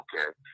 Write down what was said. Okay